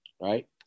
right